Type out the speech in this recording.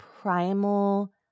primal